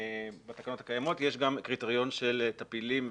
ובתקנות הקיימות יש גם קריטריון של טפילים.